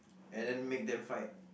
and then make them fight